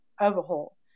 overhaul